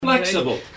Flexible